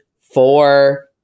four